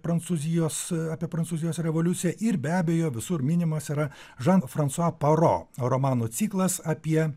prancūzijos apie prancūzijos revoliuciją ir be abejo visur minimas yra žano fransua paro romanų ciklas apie